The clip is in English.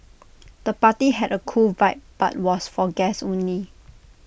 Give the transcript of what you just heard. the party had A cool vibe but was for guests only